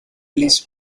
les